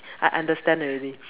I understand already